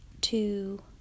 two